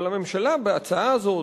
אבל הממשלה בהצעה הזאת,